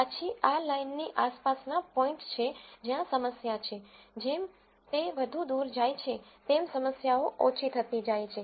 પછી આ લાઇનની આસપાસના પોઈન્ટ્સ છે જ્યાં સમસ્યા છે જેમ તે વધુ દૂર જાય છે તેમ સમસ્યાઓ ઓછી થતી જાય છે